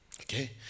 Okay